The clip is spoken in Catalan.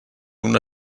una